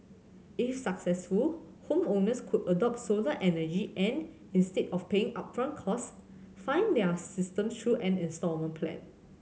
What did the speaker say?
if successful homeowners could adopt solar energy and instead of paying upfront costs fund their system through an instalment plan